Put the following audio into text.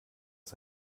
ist